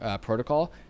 protocol